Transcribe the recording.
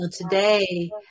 today